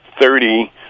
thirty